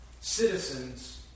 citizens